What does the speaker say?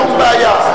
שום בעיה.